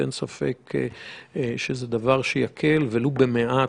אין ספק שזה דבר שיקל, ולו במעט,